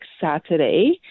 Saturday